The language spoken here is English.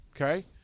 Okay